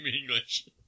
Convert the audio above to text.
English